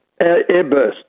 airburst